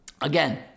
again